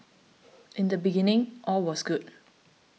in the beginning all was good